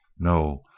no,